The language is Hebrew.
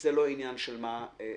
זה לא עניין של מה בכך.